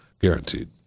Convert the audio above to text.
guaranteed